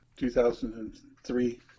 2003